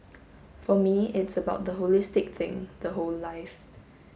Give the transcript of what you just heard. for me it's about the holistic thing the whole life